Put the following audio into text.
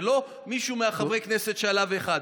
זה לא מישהו מחברי הכנסת שעלה, אחד.